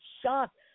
shocked